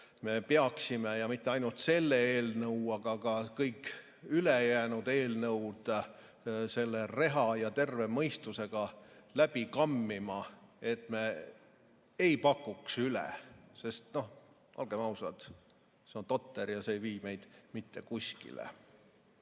eelnõu – ja mitte ainult selle, ka kõik ülejäänud eelnõud – sellise reha ja terve mõistusega läbi kammima, et me ei pakuks üle. Sest olgem ausad, see on totter ja see ei vii meid mitte kuskile.